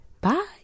Bye